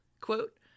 Quote